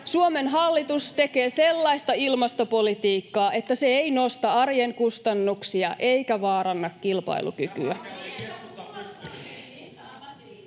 Suomen hallitus tekee sellaista ilmastopolitiikkaa, että se ei nosta arjen kustannuksia eikä vaaranna kilpailukykyä.